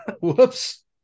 Whoops